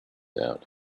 down